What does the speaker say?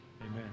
Amen